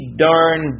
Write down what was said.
darn